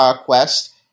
Quest